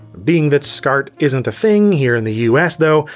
being that scart isn't a thing here in the us though,